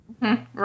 Right